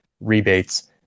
rebates